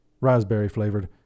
raspberry-flavored